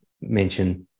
mention